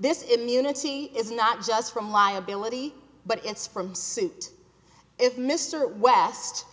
this immunity is not just from liability but it's from suit if mr west